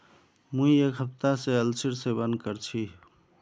मुई एक हफ्ता स अलसीर सेवन कर छि